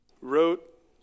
wrote